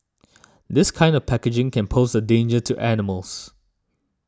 this kind of packaging can pose a danger to animals